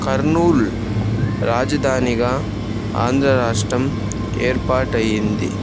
కర్నూలు రాజధానిగా ఆంధ్రరాష్ట్రం ఏర్పాటయింది